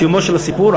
סיומו של הסיפור,